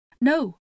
No